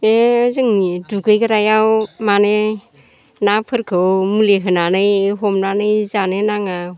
बे जोंनि दुगैग्रायाव माने नाफोरखौ मुलि होनानै हमनानै जानो नाङा